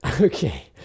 Okay